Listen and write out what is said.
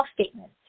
statements